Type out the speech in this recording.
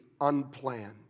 unplanned